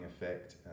effect